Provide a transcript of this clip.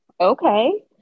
okay